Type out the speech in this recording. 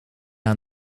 aan